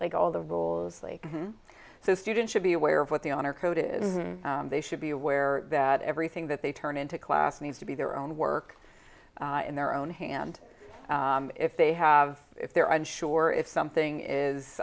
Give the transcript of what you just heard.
like all the rules like so students should be aware of what the honor code is they should be aware that everything that they turn into class needs to be their own work in their own hand if they have if they're unsure if something is